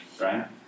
Right